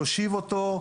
להושיב אותו,